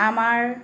আমাৰ